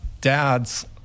dads